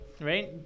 right